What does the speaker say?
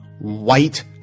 white